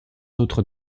autres